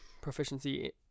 proficiency